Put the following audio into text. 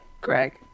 greg